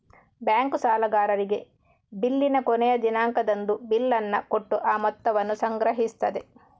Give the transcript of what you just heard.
bank ಸಾಲಗಾರರಿಗೆ ಬಿಲ್ಲಿನ ಕೊನೆಯ ದಿನಾಂಕದಂದು ಬಿಲ್ಲನ್ನ ಕೊಟ್ಟು ಆ ಮೊತ್ತವನ್ನ ಸಂಗ್ರಹಿಸ್ತದೆ